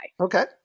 Okay